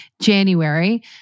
January